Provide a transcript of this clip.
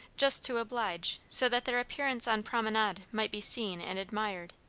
just to oblige, so that their appearance on promenade might be seen and admired.